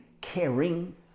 caring